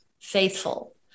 faithful